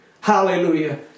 hallelujah